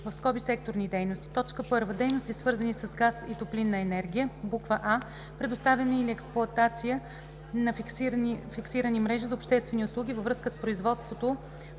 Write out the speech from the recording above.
услуга (секторни дейности) 1. Дейности, свързани с газ и топлинна енергия: а) предоставяне или експлоатация нa фиксирани мрежи зa обществени услуги във връзкa с производството,